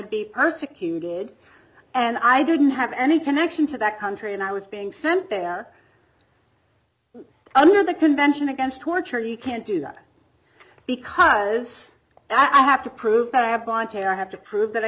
be persecuted and i didn't have any connection to that country and i was being sent there under the convention against torture you can't do that because i have to prove i have blond hair i have to prove that i